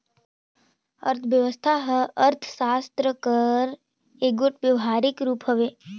अर्थबेवस्था हर अर्थसास्त्र कर एगोट बेवहारिक रूप हवे